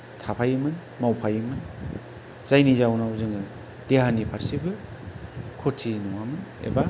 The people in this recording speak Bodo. थाफायोमोन मावफायोमोन जायनि जाउनाव जोङो देहानि फारसेबो खथि नङामोन एबा